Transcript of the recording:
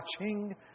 watching